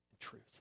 truth